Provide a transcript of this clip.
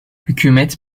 hükümet